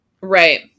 Right